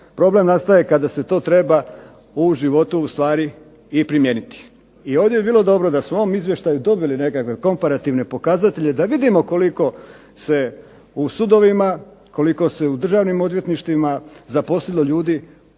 Problem nastaje kada se to treba u životu ustvari i primijeniti. I ovdje bi bilo dobro da se u ovom izvještaju dobili nekakve komparativne pokazatelje da vidimo koliko se u sudovima, koliko se u državnim odvjetništvima zaposlilo ljudi